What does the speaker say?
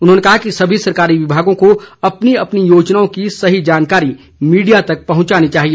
उन्होंने कहा कि सभी सरकारी विभागों को अपनी अपनी योजनाओं की सही जानकारी मीडिया तक पहुंचानी चाहिए